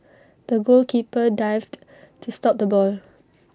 the goalkeeper dived to stop the ball